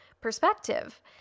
perspective